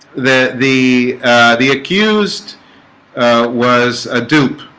the the the accused was a dupe